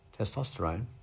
testosterone